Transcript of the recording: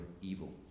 evil